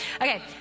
Okay